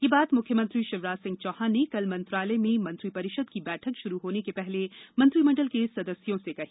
ये बात मुख्यमंत्री शिवराज सिंह चौहाने ने कल मंत्रालय में मंत्रि परिषद की बैठक शुरू होने के पहले मंत्रि मंडल के सदस्यों से कही